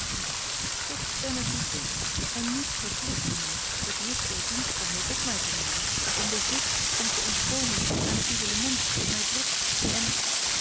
dat stem ik u toe en niets verplichtte mij dat juk der dienstbaarheid op mij te nemen dan de zucht om te ontkomen aan een isolement dat mij drukte en